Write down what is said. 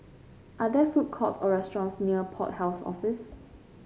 are there food courts or restaurants near Port Health Office